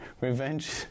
Revenge